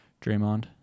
Draymond